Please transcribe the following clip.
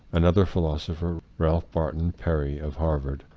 another philosopher, ralph barton perry of harvard,